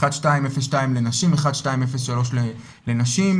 1202 לנשים, 1203 לגברים.